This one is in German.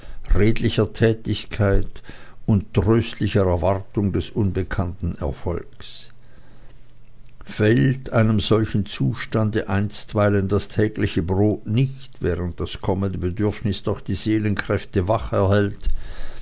redlicher tätigkeit und tröstlicher erwartung des unbekannten erfolges fehlt einem solchen zustande einstweilen das tägliche brot nicht während das kommende bedürfnis doch die seelenkräfte wach erhält